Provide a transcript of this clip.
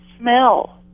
smell